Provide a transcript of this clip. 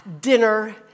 dinner